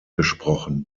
gesprochen